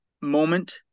moment